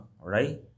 right